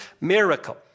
miracle